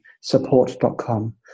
support.com